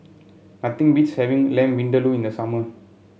nothing beats having Lamb Vindaloo in the summer